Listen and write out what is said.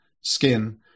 skin